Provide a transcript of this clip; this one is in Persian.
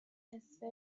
نصفه